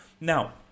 Now